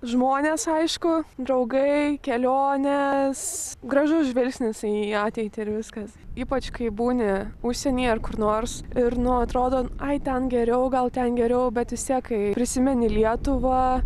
žmonės aišku draugai kelionės gražus žvilgsnis į ateitį ir viskas ypač kai būni užsienyje ar kur nors ir nuo atrodo ai ten geriau gal ten geriau bet vistiek kai prisimeni lietuvą